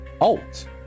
Alt